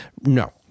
No